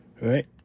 right